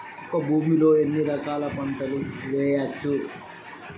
ఒక భూమి లో ఎన్ని రకాల పంటలు వేయచ్చు?